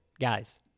Guys